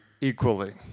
equally